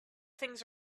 things